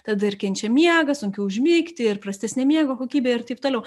tada ir kenčia miegas sunkiau užmigti ir prastesnė miego kokybė ir taip toliau